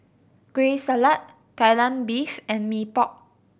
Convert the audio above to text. Kueh Salat Kai Lan Beef and Mee Pok